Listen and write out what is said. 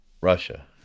Russia